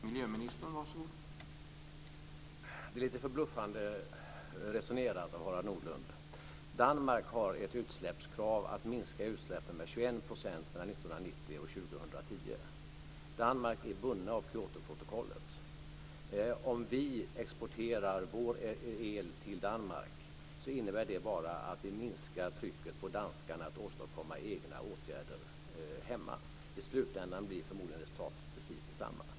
Herr talman! Detta är lite förbluffande resonerat av Harald Nordlund. Danmark har ett utsläppskrav som innebär att man ska minska utsläppen med 21 % mellan 1990 och 2010. Danmark är bundet av Kyotoprotokollet. Om vi exporterar vår el till Danmark innebär det bara att vi minskar trycket på danskarna att åstadkomma egna åtgärder hemma. I slutändan blir förmodligen resultatet precis det samma.